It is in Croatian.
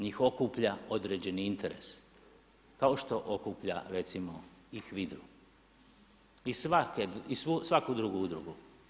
Njih okuplja određeni interes kao što okuplja recimo i HVIDRA-u i svaku drugu udrugu.